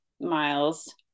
miles